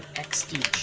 exploit